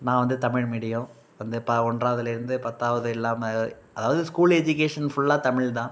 நான் வந்து தமிழ் மீடியம் வந்து ப ஒன்றாவதில் இருந்து பத்தாவது இல்லாமல் அதாவது ஸ்கூல் எஜுகேஷன் ஃபுல்லா தமிழ் தான்